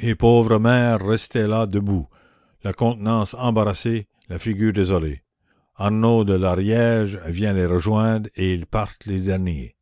les pauvres maires restaient là debout la contenance embarrassée la figure désolée arnaud de l'ariège vient les rejoindre et ils partent les derniers